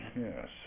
Yes